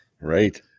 right